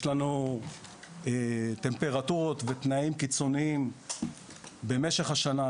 יש לנו טמפרטורות ותנאים קיצוניים במשך השנה,